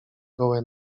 gołe